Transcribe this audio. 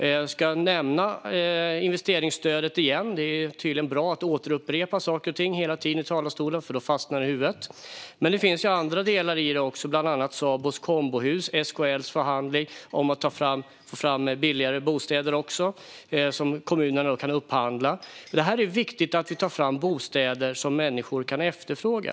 Jag ska nämna investeringsstödet igen - det är tydligen bra att upprepa saker och ting i talarstolen, för då fastnar de i huvudet - men det finns även andra delar i detta, bland annat Sabos Kombohus och SKL:s förhandling för att få fram billigare bostäder, som kommuner alltså kan upphandla. Det är nämligen viktigt att vi tar fram bostäder som människor kan efterfråga.